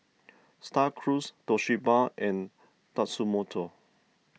Star Cruise Toshiba and Tatsumoto